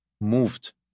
moved